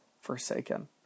forsaken